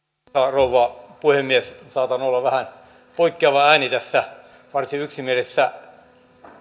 rouva puhemies saatan olla vähän poikkeava ääni tässä varsin yksimielisessä